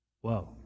Whoa